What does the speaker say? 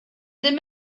ddim